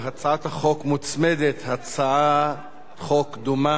להצעת החוק מוצמדת הצעת חוק דומה,